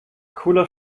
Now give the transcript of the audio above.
cooler